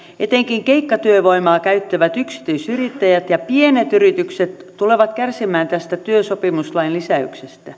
etenkin keikkatyövoimaa käyttävät yksityisyrittäjät ja pienet yritykset tulevat kärsimään tästä työsopimuslain lisäyksestä